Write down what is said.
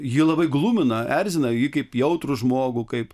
jį labai glumina erzina jį kaip jautrų žmogų kaip